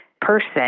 person